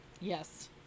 Yes